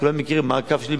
כולם מכירים מה הקו שלי,